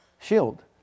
shield